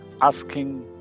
asking